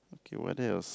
okay what else